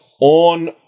on